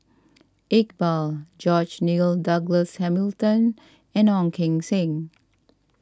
Iqbal George Nigel Douglas Hamilton and Ong Keng Sen